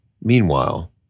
Meanwhile